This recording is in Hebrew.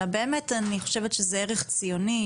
אלא באמת אני חושבת שזה ערך ציוני,